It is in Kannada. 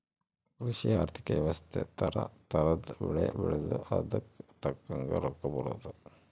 ಕೃಷಿ ಆರ್ಥಿಕ ವ್ಯವಸ್ತೆ ತರ ತರದ್ ಬೆಳೆ ಬೆಳ್ದು ಅದುಕ್ ತಕ್ಕಂಗ್ ರೊಕ್ಕ ಬರೋದು